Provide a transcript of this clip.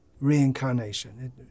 reincarnation